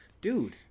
dude